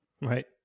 Right